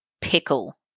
pickle